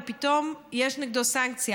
ופתאום יש נגדו סנקציה.